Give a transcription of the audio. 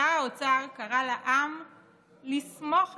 שר האוצר קרא לעם לסמוך עליו.